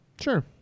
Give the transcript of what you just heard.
Sure